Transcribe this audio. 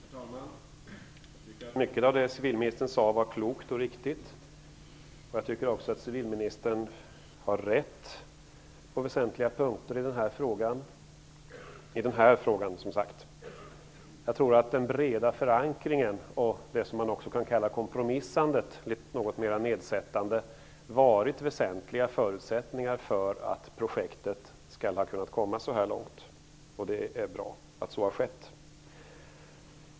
Herr talman! Jag tycker att mycket av det civilministern sade var klokt och riktigt. Jag tycker också att civilministern har rätt på väsentliga punkter i den här frågan. Jag tror att den breda förankringen och det som något nedsättande kan kallas kompromissande har varit väsentliga förutsättningar för att projektet skall ha kunnat komma så här långt. Det är bra att så har skett.